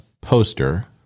poster